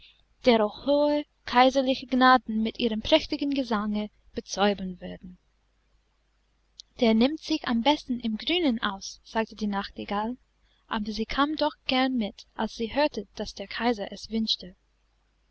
dero hohe kaiserliche gnaden mit ihrem prächtigen gesange bezaubern werden der nimmt sich am besten im grünen aus sagte die nachtigall aber sie kam doch gern mit als sie hörte daß der kaiser es wünschte